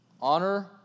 Honor